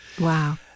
Wow